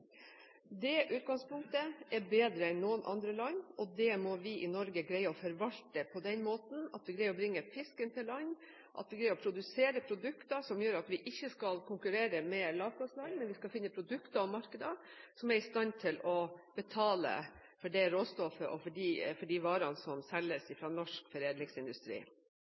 Det utgangspunktet er bedre enn noen andre lands. Det må vi i Norge greie å forvalte på den måten at vi greier å bringe fisken til land, at vi greier å produsere produkter som gjør at vi ikke skal konkurrere med lavkostland, men finne produkter og markeder som er i stand til å betale for det råstoffet og for de varene som selges fra norsk foredlingsindustri.